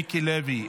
חבר הכנסת מיקי לוי,